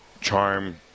charm